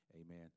Amen